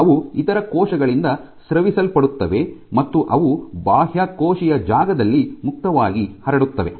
ಅವು ಇತರ ಕೋಶಗಳಿಂದ ಸ್ರವಿಸಲ್ಪಡುತ್ತವೆ ಮತ್ತು ಅವು ಬಾಹ್ಯಕೋಶೀಯ ಜಾಗದಲ್ಲಿ ಮುಕ್ತವಾಗಿ ಹರಡುತ್ತವೆ